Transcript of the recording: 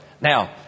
now